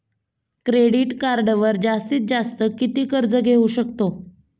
Credit कार्डवर जास्तीत जास्त किती कर्ज घेऊ शकतो?